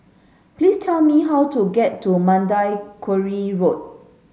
please tell me how to get to Mandai Quarry Road